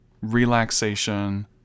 relaxation